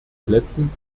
plätzen